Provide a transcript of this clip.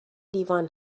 لیوان